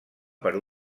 per